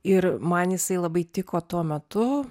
ir man jisai labai tiko tuo metu